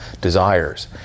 desires